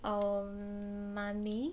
um money